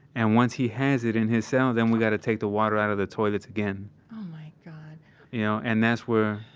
and once he has it in his cell, then we've got to take the water out of the toilets again oh my god you know, and that's where,